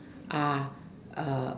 ah uh